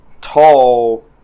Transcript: tall